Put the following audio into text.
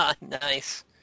Nice